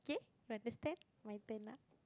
okay you understand my turn ah